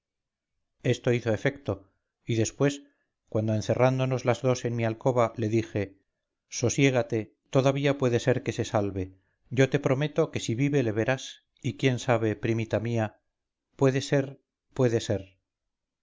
esto hizo efecto y después cuando encerrándonos las dos en mi alcoba le dije sosiégate todavía puede ser que se salve yo te prometo que si vive le verás y quién sabe primita mía puede ser puede ser